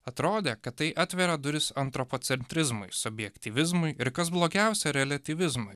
atrodė kad tai atveria duris antropocentrizmui subjektyvizmui ir kas blogiausia reliatyvizmui